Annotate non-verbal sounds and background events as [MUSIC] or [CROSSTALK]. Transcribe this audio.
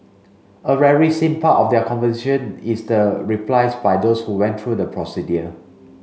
a [UNINTELLIGIBLE] seen part of their conversation is the replies by those who went through the procedure